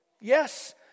Yes